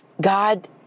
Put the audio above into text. God